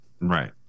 right